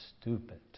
stupid